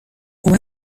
اومد